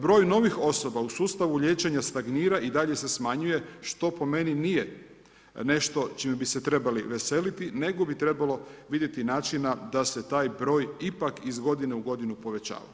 Broj novih osoba u sustavu liječenja stagnira i dalje se smanjuje što po meni nešto čemu bi se trebali veseliti, nego bi trebalo vidjeti načina da se taj broj ipak iz godine u godinu povećava.